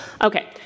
Okay